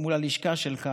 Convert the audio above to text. מול הלשכה שלך